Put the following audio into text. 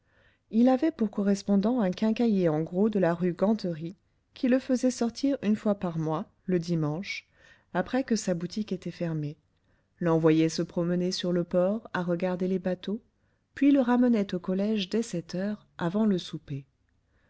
il avait pour correspondant un quincaillier en gros de la rue ganterie qui le faisait sortir une fois par mois le dimanche après que sa boutique était fermée l'envoyait se promener sur le port à regarder les bateaux puis le ramenait au collège dès sept heures avant le souper